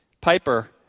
Piper